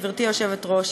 גברתי היושבת-ראש,